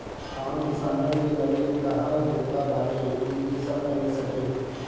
आम किसानन के लगे कहां जुरता बाटे कि इ सब खरीद सके